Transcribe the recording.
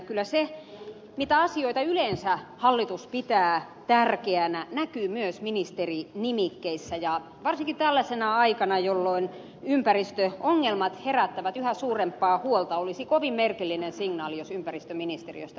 kyllä se mitä asioita yleensä hallitus pitää tärkeänä näkyy myös ministerinimikkeissä ja varsinkin tällaisena aikana jolloin ympäristöongelmat herättävät yhä suurempaa huolta olisi kovin merkillinen signaali jos ympäristöministeriöstä luovuttaisiin